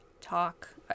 talk